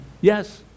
Yes